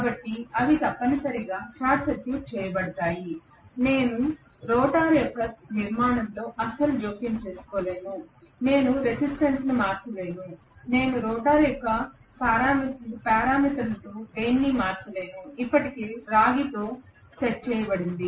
కాబట్టి అవి తప్పనిసరిగా షార్ట్ సర్క్యూట్ చేయబడతాయి నేను రోటర్ యొక్క నిర్మాణంలో అస్సలు జోక్యం చేసుకోలేను నేను రెసిస్టెన్స్ ను మార్చలేను నేను రోటర్ యొక్క పారామితులలో దేనినీ మార్చలేను ఇది ఇప్పటికే రాతితో సెట్ చేయబడింది